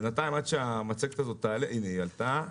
הנה, המצגת עלתה.